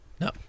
No